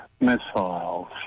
missiles